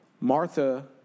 Martha